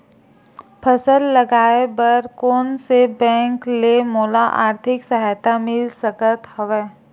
फसल लगाये बर कोन से बैंक ले मोला आर्थिक सहायता मिल सकत हवय?